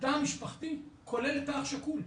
התא המשפחתי כולל את האח השכול.